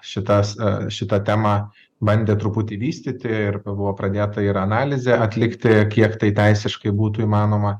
šitas šitą temą bandė truputį vystyti ir buvo pradėta ir analizę atlikti kiek tai teisiškai būtų įmanoma